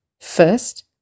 First